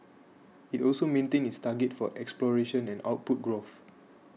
it also maintained its targets for exploration and output growth